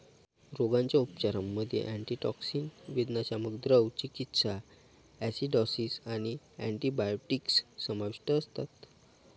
रोगाच्या उपचारांमध्ये अँटीटॉक्सिन, वेदनाशामक, द्रव चिकित्सा, ॲसिडॉसिस आणि अँटिबायोटिक्स समाविष्ट असतात